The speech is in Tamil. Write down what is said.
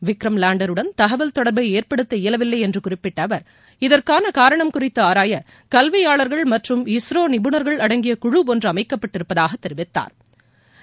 விக்ரம் லேண்டருடன் தகவல் தொடர்பை ஏற்படுத்த இயலவில்லை என்று குறிப்பிட்ட அவர் இதற்கான காரணம் குறித்து ஆராய கல்வியாளர்கள் மற்றும் இஸ்ரோ நிபுணர்கள் அடங்கிய குழு ஒன்று அமைக்கப்பட்டிருப்பதாகவும் தெரிவித்தாா்